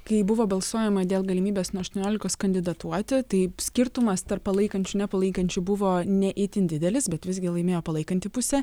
kai buvo balsuojama dėl galimybės nuo aštuoniolikos kandidatuoti taip skirtumas tarp palaikančių nepalaikančių buvo ne itin didelis bet visgi laimėjo palaikanti pusė